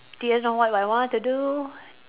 didn't know what I want to do